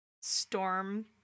Storm